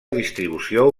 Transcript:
distribució